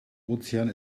ozean